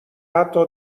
حتا